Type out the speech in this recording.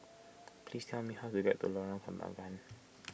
please tell me how to get to Lorong Kembagan